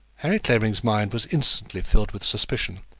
harry clavering's mind was instantly filled with suspicion,